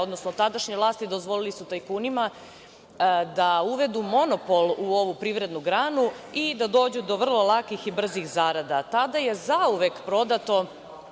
odnosno tadašnja vlast je dozvolila tajkunima da uvede monopol u ovu privrednu granu i da dođu do vrlo lakih i brzih zarada. Tada je zauvek prodato